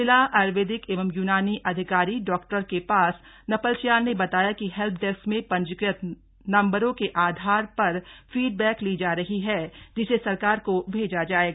जिला आयर्वेदिक एवं यूनानी अधिकारी डॉक्टर के एस नपलच्याल ने बताया कि हेल्प डेस्क में पंजीकृत नम्बरों के आधार पर फीडबैक ली जा रही है जिसे सरकार को भेजा जाएगा